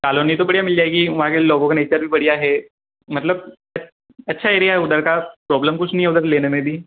colony तो बढ़िया मिल जाएगी वहाँ के लोगों का नेचर भी बढ़िया हे मतलब अच्छा एरिया है उधर का प्रॉब्लम कुछ नहीं है उधर लेने में भी